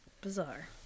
Bizarre